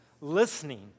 listening